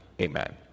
Amen